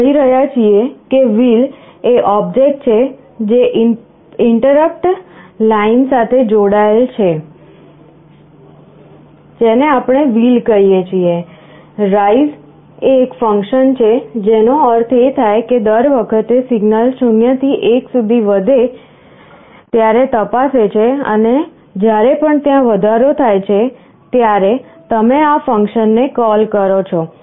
આપણે કહી રહ્યા છીએ કે "wheel" એ ઓબ્જેક્ટ છે જે ઇન્ટરપટ લાઈન સાથે જોડાયેલ છે જેને આપણે "wheel" કહીએ છીએ rise એ એક ફંકશન છે જેનો અર્થ એ થાય છે કે દર વખતે સિગ્નલ 0 થી 1 સુધી વધે ત્યારે તપાસે છે જ્યારે પણ ત્યાં વધારો થાય છે ત્યારે તમે આ ફંકશન ને કોલ કરો છો